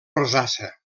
rosassa